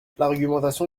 l’argumentation